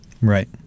Right